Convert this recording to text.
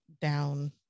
down